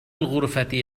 غرفتي